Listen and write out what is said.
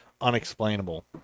unexplainable